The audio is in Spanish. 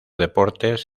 deportes